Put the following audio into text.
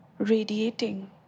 radiating